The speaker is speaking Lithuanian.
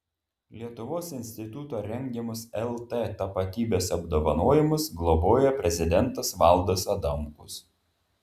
lietuvos instituto rengiamus lt tapatybės apdovanojimus globoja prezidentas valdas adamkus